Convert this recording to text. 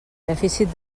dèficit